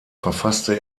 verfasste